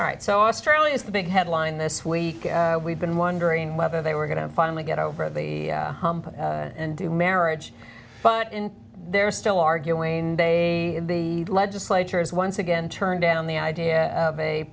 right so australia is the big headline this week as we've been wondering whether they were going to finally get over the hump and do marriage but in their still arguing in the legislature is once again turned down the idea of a